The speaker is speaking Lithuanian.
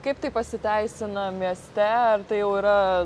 kaip tai pasiteisina mieste ar tai jau yra